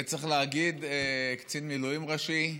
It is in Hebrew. וצריך להגיד קצין מילואים ראשי,